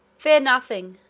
fear nothing,